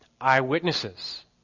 eyewitnesses